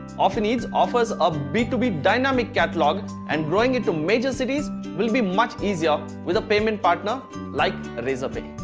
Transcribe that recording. offineeds offers a b two b dynamic catalog and growing in two major cities will be much easier with a payment partner like razorpay